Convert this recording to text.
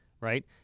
right